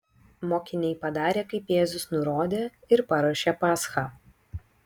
mokiniai padarė kaip jėzus nurodė ir paruošė paschą